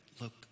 look